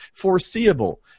foreseeable